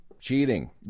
Cheating